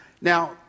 Now